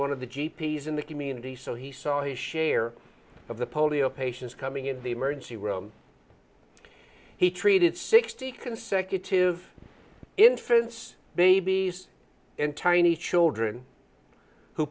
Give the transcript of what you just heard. one of the g p s in the community so he saw his share of the polio patients coming into the emergency room he treated sixty consecutive infants babies and tiny children who